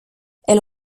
elle